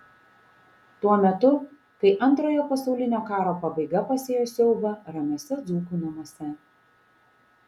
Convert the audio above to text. tuo metu kai antrojo pasaulinio karo pabaiga pasėjo siaubą ramiuose dzūkų namuose